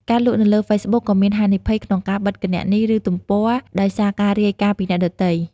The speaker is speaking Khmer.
ការលក់នៅលើហ្វេសប៊ុកក៏មានហានិភ័យក្នុងការបិទគណនីឬទំព័រដោយសារការរាយការណ៍ពីអ្នកដទៃ។